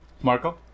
Marco